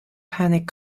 panic